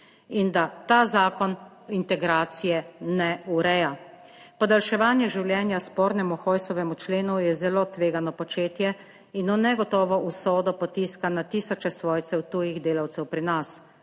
in da ta zakon integracije ne ureja. Podaljševanje življenja spornemu Hojsovemu členu je zelo tvegano početje in v negotovo usodo potiska na tisoče svojcev tujih delavcev pri nas.